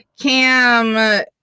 Cam